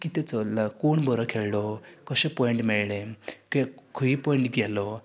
कितें चल्लां कोण बरो खेळ्ळो कशे पोयंट मेळ्ळें खंय पोयंट गेलो